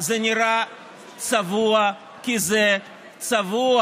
זה נראה צבוע, כי זה צבוע,